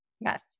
Yes